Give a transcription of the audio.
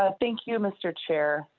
ah thank you mister chair